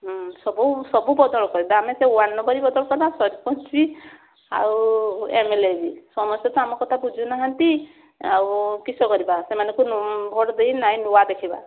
ହଁ ସବୁ ସବୁ ବଦଳ କରିବା ଆମେ ସେ ୱାର୍ଡ଼ମେମ୍ବର ବି ବଦଳ କରିବା ଆଉ ସରପଞ୍ଚ ବି ଆଉ ଏମେଲେ ବି ସମସ୍ତେ ତ ଆମ କଥା ବୁଝୁ ନାହାଁନ୍ତି ଆଉ କ'ଣ କରିବା ସେମାନଙ୍କୁ ଭୋଟ ଦେଇ ନାଇଁ ନୂଆ ଦେଖିବା